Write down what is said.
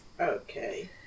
Okay